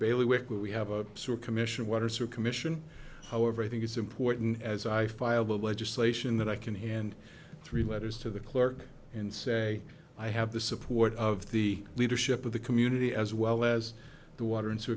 bailiwick we have absorbed commission waters or commission however i think it's important as i file legislation that i can hand three letters to the clerk and say i have the support of the leadership of the community as well as the water and